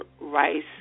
rice